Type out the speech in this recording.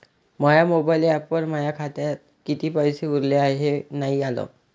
माया mobile ॲपवर माया खात्यात किती पैसे उरले हाय हे नाही आलं